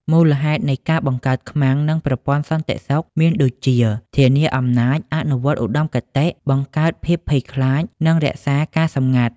មូលហេតុនៃការបង្កើត ខ្មាំង និងប្រព័ន្ធសន្តិសុខ មានដូចជា ធានាអំណាច អនុវត្តឧត្តមគតិ បង្កើតភាពភ័យខ្លាច និង រក្សាការសម្ងាត់។